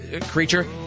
creature